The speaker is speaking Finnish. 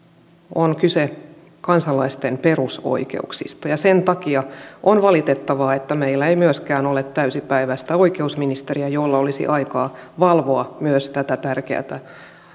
on kyse kansalaisten perusoikeuksista ja sen takia on valitettavaa että meillä ei myöskään ole täysipäiväistä oikeusministeriä jolla olisi aikaa valvoa myös tätä tärkeätä